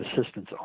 assistance